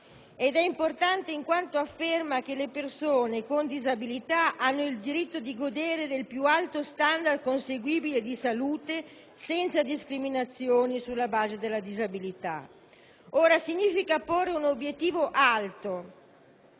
Esso è importante in quanto afferma che le persone con disabilità hanno il diritto di godere del più alto standard conseguibile di salute, senza discriminazioni sulla base della disabilità. Ciò significa porre un obiettivo alto